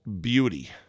beauty